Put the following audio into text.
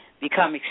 become